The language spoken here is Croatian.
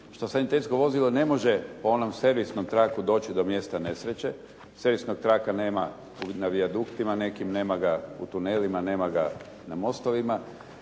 što sanitetsko vozilo ne može po onom servisnom traku doći do mjesta nesreće. Servisnog traka nema na vijaduktima nekim, nema ga u tunelima, nema ga na mostovima